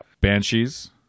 Banshees